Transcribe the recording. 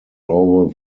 over